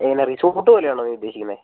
എങ്ങനെ റിസോർട്ട് പോലെ ആണോ നീ ഉദ്ദേശിക്കുന്നത്